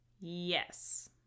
Yes